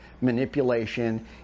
manipulation